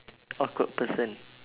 awkward person